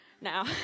now